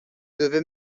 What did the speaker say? devait